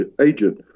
agent